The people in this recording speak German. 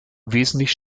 wesentlich